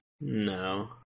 No